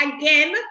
again